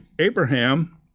Abraham